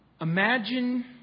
Imagine